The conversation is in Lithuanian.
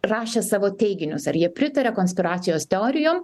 rašė savo teiginius ar jie pritaria konspiracijos teorijom